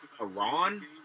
Iran